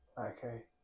Okay